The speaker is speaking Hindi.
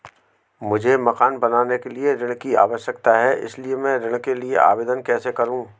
मुझे मकान बनाने के लिए ऋण की आवश्यकता है इसलिए मैं ऋण के लिए आवेदन कैसे करूं?